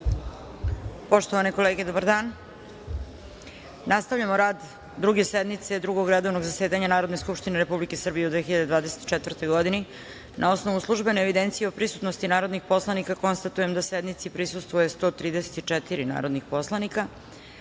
Poštovane kolege, dobar dan. Nastavljamo rad Druge sednice Drugog redovnog zasedanja Narodne skupštine Republike Srbije u 2024. godini. Na osnovu službene evidencije o prisutnosti narodnih poslanika, konstatujem da sednici prisustvuje 134 narodna poslanika. Podsećam